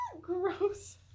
Gross